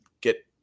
get